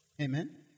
Amen